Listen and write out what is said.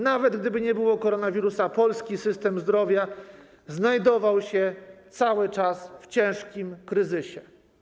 Nawet gdyby nie było koronawirusa, polski system zdrowia znajdował się cały czas w ciężkim kryzysie.